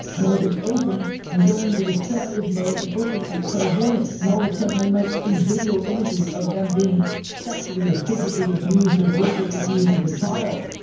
and i would just open and go into receptive mode and open my clairvoyance. and all of a sudden i might see video images of them being sexually or physically abused or verbally abused as a child.